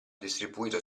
distribuito